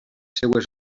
seves